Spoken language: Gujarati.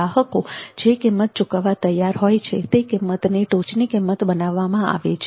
ગ્રાહકો જે કિંમત ચૂકવવા તૈયાર હોય છે તે કિંમતને ટોચની કિંમત બનાવવામાં આવે છે